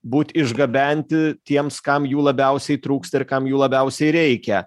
būt išgabenti tiems kam jų labiausiai trūksta ir kam jų labiausiai reikia